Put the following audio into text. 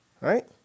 Right